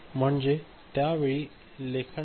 म्हणजे त्या वेळी लेखन होणार नाही